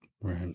Right